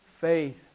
faith